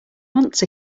months